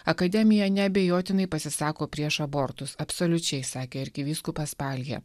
akademija neabejotinai pasisako prieš abortus absoliučiai sakė arkivyskupas paljė